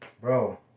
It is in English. bro